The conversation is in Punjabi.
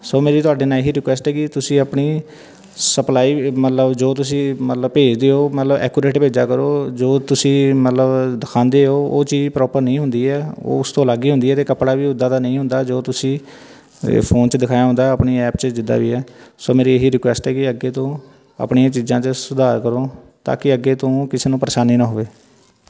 ਸੋ ਮੇਰੀ ਤੁਹਾਡੇ ਨਾਲ ਇਹੀ ਰਿਕੁਐਸਟ ਹੈ ਕਿ ਤੁਸੀਂ ਆਪਣੀ ਸਪਲਾਈ ਮਤਲਬ ਜੋ ਤੁਸੀਂ ਮਤਲਬ ਭੇਜਦੇ ਹੋ ਮਤਲਬ ਐਕੂਰੇਟ ਭੇਜਿਆ ਕਰੋ ਜੋ ਤੁਸੀਂ ਮਤਲਬ ਦਿਖਾਉਂਦੇ ਹੋ ਉਹ ਚੀਜ਼ ਪ੍ਰੋਪਰ ਨਹੀਂ ਹੁੰਦੀ ਹੈ ਉਸ ਤੋਂ ਅਲੱਗ ਹੀ ਹੁੰਦੀ ਹੈ ਅਤੇ ਕੱਪੜਾ ਵੀ ਉੱਦਾਂ ਦਾ ਨਹੀਂ ਹੁੰਦਾ ਜੋ ਤੁਸੀਂ ਫੋਨ 'ਚ ਦਿਖਾਇਆ ਹੁੰਦਾ ਆਪਣੀ ਐਪ 'ਚ ਜਿੱਦਾਂ ਵੀ ਹੈ ਸੋ ਮੇਰੀ ਇਹੀ ਰਿਕੁਐਸਟ ਹੈ ਕਿ ਅੱਗੇ ਤੋਂ ਆਪਣੀਆਂ ਚੀਜ਼ਾਂ 'ਚ ਸੁਧਾਰ ਕਰੋ ਤਾਂ ਕਿ ਅੱਗੇ ਤੋਂ ਕਿਸੇ ਨੂੰ ਪਰੇਸ਼ਾਨੀ ਨਾ ਹੋਵੇ